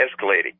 escalating